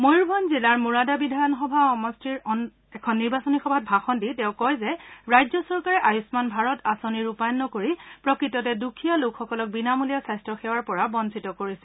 ময়ূৰভঞ্জ জিলাৰ মোৰাদা বিধানসভা সমষ্টিৰ এখন নিৰ্বাচনী সভাত ভাষণ দি তেওঁ কয় যে ৰাজ্য চৰকাৰে আয়ুস্মান ভাৰত আঁচনি ৰূপায়ণ নকৰি প্ৰকৃততে দুখীয়া লোকসকলক বিনামূলীয়া স্বাস্থ্যসেৱাৰ পৰা বঞ্চিত কৰিছে